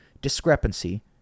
discrepancy